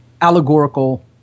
allegorical